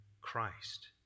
Christ